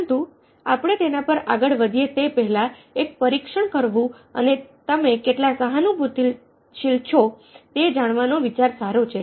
પરંતુ આપણે તેના પર આગળ વધીએ તે પહેલાં એક પરીક્ષણ કરવું અને તમે કેટલા સહાનુભૂતિ શીલ છો તે જાણવાનો વિચાર સારો છે